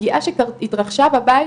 פגיעה שהתרחשה בבית,